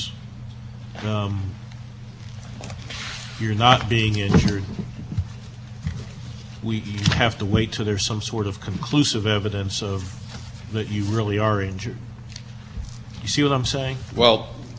you're not being injured we have to wait to there some sort of conclusive evidence of that you really are injured you see what i'm saying well why don't you had a period where